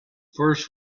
first